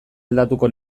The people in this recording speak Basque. aldatuko